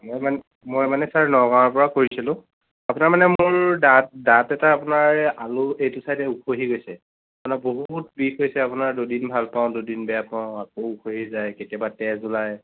মই মানে মই মানে চাৰ নগাঁৱৰ পৰা কৈছিলোঁ আপোনাৰ মানে মোৰ দাঁত দাঁত এটা আপোনাৰ আলু এইটো চাইডে ওখহি গৈছে আপোনাৰ বহুত বিষ হৈছে আপোনাৰ দুদিন ভাল পাওঁ দুদিন বেয়া পাওঁ আকৌ ওখহি যায় কেতিয়াবা তেজ ওলায়